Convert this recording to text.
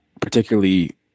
particularly